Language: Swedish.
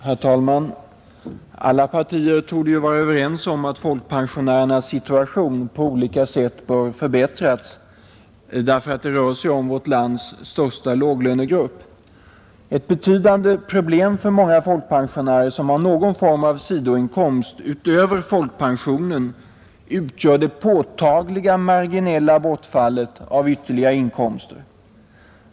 Herr talman! Alla partier torde vara överens om att folkpensionärernas situation bör förbättras på olika sätt, därför att de utgör vårt lands största låglönegrupp. Ett betydande problem för många pensionärer, som har någon form av sidoinkomst utöver folkpensionen, utgör det påtagliga marginella bortfallet av ytterligare inkomster.